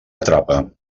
atrapa